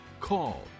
call